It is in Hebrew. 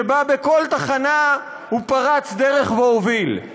שבה בכל תחנה הוא פרץ דרך והוביל.